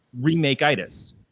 remake-itis